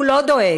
הוא לא דואג